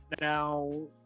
now